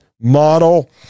model